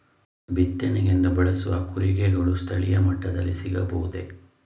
ಬಿತ್ತನೆಗೆಂದು ಬಳಸುವ ಕೂರಿಗೆಗಳು ಸ್ಥಳೀಯ ಮಟ್ಟದಲ್ಲಿ ಸಿಗಬಹುದೇ?